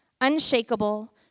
unshakable